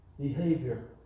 behavior